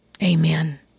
Amen